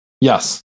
Yes